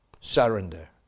Surrender